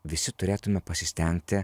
visi turėtume pasistengti